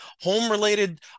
home-related